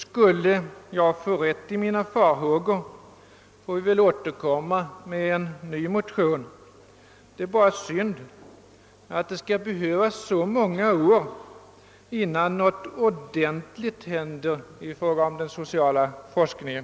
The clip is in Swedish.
Skulle jag få rätt i mina farhågor, får vi väl återkomma med en ny motion. Det är bara synd att det skall behövas så många år, innan något ordent ligt händer i fråga om den sociala forskningen.